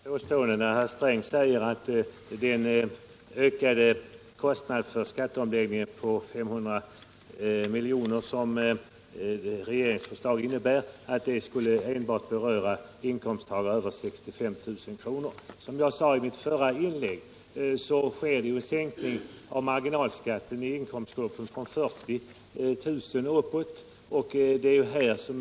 Herr talman! Det är ett felaktigt påstående när herr Sträng säger att den ökade kostnaden för skatteomläggningen på 500 milj.kr., som regeringsförslaget innebär, enbart skulle beröra inkomsttagare över 65 000 kr. Som jag sade i mitt förra inlägg sker sänkningen av marginalskatten i inkomstgrupper mellan 40 000 kr. och 65 000 kr.